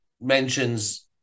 mentions